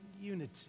unity